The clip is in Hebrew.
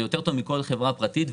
זה יותר טוב מכל חברה פרטית.